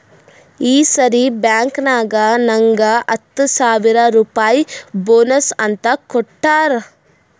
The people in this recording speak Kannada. ಈ ಸರಿ ಬ್ಯಾಂಕ್ನಾಗ್ ನಂಗ್ ಹತ್ತ ಸಾವಿರ್ ರುಪಾಯಿ ಬೋನಸ್ ಅಂತ್ ಕೊಟ್ಟಾರ್